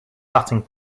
batting